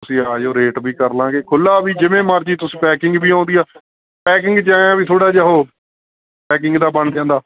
ਤੁਸੀਂ ਆ ਜਿਓ ਰੇਟ ਵੀ ਕਰ ਲਾਂਗੇ ਖੁੱਲ੍ਹਾ ਵੀ ਜਿਵੇਂ ਮਰਜ਼ੀ ਤੁਸੀਂ ਪੈਕਿੰਗ ਵੀ ਆਉਂਦੀ ਆ ਪੈਕਿੰਗ 'ਚ ਐਂ ਵੀ ਥੋੜ੍ਹਾ ਜਿਹਾ ਉਹ ਪੈਕਿੰਗ ਦਾ ਬਣ ਜਾਂਦਾ